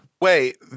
wait